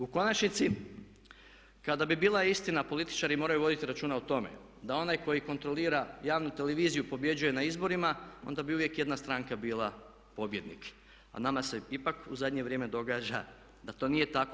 U konačnici kada bi bila istina, političari moraju voditi računa o tome, da onaj koji kontrolira javnu televiziju pobjeđuje na izborima, onda bi uvijek jedna stranka bila pobjednik a nama se ipak u zadnje vrijeme događa da to nije tako.